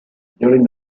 during